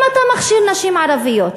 אם אתה מכשיר נשים ערביות,